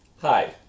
Hi